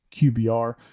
QBR